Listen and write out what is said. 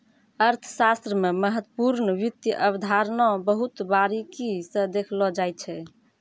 अर्थशास्त्र मे महत्वपूर्ण वित्त अवधारणा बहुत बारीकी स देखलो जाय छै